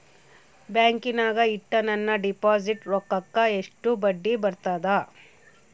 ಬ್ಯಾಂಕಿನಾಗ ಇಟ್ಟ ನನ್ನ ಡಿಪಾಸಿಟ್ ರೊಕ್ಕಕ್ಕ ಎಷ್ಟು ಬಡ್ಡಿ ಬರ್ತದ?